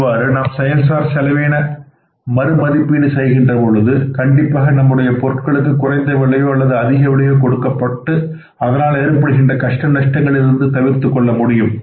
இவ்வாறு நாம் செயல் சார் செலவின மறுமதிப்பீடு செய்கின்ற பொழுது கண்டிப்பாக நம்முடைய பொருட்களுக்கு குறைந்த விலையோ அல்லது அதிக விலையோ கொடுக்கப்பட்டு அதனால் ஏற்படுகின்ற கஷ்ட நஷ்டங்களிலிருந்து தவிர்த்துக்கொள்ள முடியும்